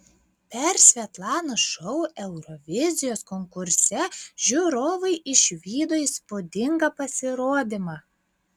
per svetlanos šou eurovizijos konkurse žiūrovai išvydo įspūdingą pasirodymą